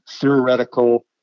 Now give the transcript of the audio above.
theoretical